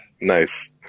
Nice